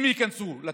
אם ייכנסו לתקציב.